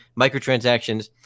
microtransactions